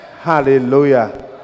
hallelujah